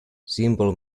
simple